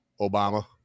Obama